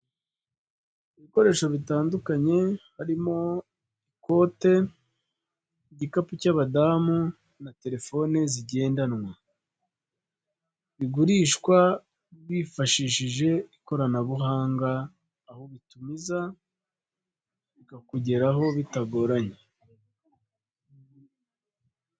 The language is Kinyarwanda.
Ibikoresho bitandukanye harimo ikote, igikapu cy'abadamu na terefone zigendanwa, bigurishwa bifashishije ikoranabuhanga, aho ubitumiza bikakugeraho bitagoranye.